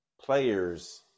players –